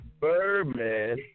Birdman